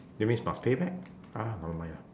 that means pay back ah never mind lah